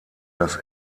das